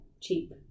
cheap